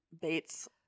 Bates